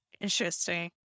Interesting